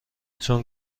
چون